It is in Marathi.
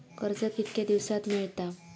कर्ज कितक्या दिवसात मेळता?